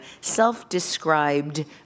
self-described